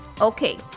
okay